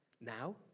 Now